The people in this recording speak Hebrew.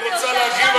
יואל, נא לסיים.